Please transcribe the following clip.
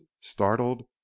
startled